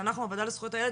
שאנחנו הוועדה לזכויות הילד,